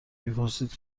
میپرسید